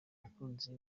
abakunzi